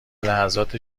لحظات